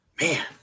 man